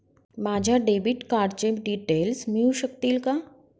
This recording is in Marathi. माझ्या डेबिट कार्डचे डिटेल्स मिळू शकतील का?